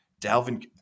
Dalvin